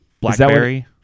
Blackberry